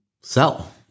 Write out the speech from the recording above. sell